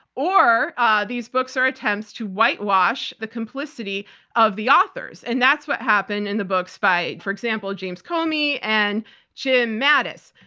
or these books are attempts to whitewash the complicity of the authors. and that's what happened in the books by, for example, james comey and jim mattis.